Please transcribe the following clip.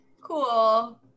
Cool